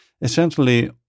essentially